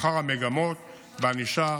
אחר המגמות בענישה